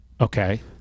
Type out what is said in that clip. Okay